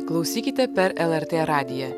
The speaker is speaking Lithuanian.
klausykite per lrt radiją